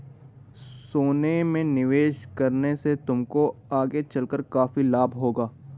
सोने में निवेश करने से तुमको आगे चलकर काफी लाभ होगा